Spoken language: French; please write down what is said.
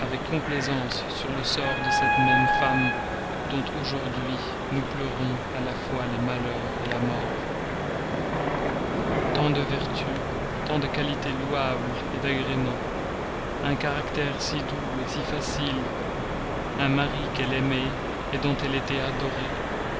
avec complaisance sur le sort de cette même femme dont aujourd'hui nous pleurons à la fois les malheurs la mort tant de vertus de qualités louables d'agréments un caractère si doux si facile un mari qu'elle aimait dont elle était adorée